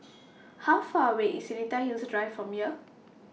How Far away IS Seletar Hills Drive from here